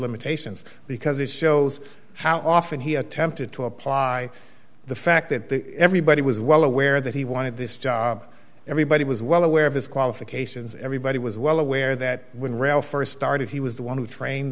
limitations because it shows how often he attempted to apply the fact that everybody was well aware that he wanted this job everybody was well aware of his qualifications everybody was well aware that when ralph st started he was the one who trained